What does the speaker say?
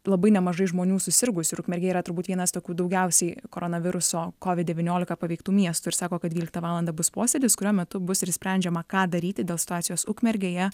labai nemažai žmonių susirgusių ir ukmergė yra turbūt vienas tokių daugiausiai koronaviruso kovid devyniolika paveiktų miestų ir sako kad dvyliktą valandą bus posėdis kurio metu bus sprendžiama ką daryti dėl situacijos ukmergėje